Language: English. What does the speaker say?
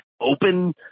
open